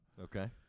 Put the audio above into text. Okay